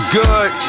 good